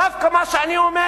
דווקא מה שאני אומר